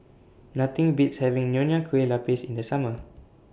Nothing Beats having Nonya Kueh Lapis in The Summer